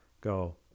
go